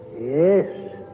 Yes